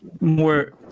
more